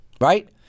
right